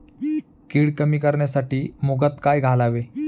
कीड कमी करण्यासाठी मुगात काय घालावे?